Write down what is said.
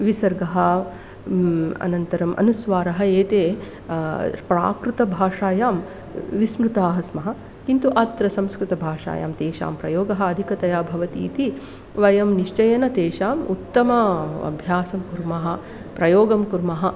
विसर्गः अनन्तरम् अनुस्वारः एते प्राकृतभाषायां विस्मृताः स्मः किन्तु अत्र संस्कृतभाषायां तेषां प्रयोगः अधिकतया भवति इति वयं निश्चयेन तेषाम् उत्तम अभ्यासं कुर्मः प्रयोगं कुर्मः